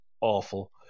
awful